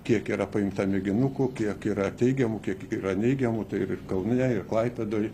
kiek yra paimta mėginukų kiek yra teigiamų kiek yra neigiamų tai ir ir kaune ir klaipėdoj